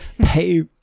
pay